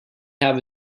have